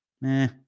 meh